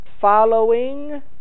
following